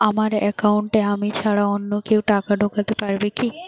আমার একাউন্টে আমি ছাড়া অন্য কেউ টাকা ঢোকাতে পারবে কি?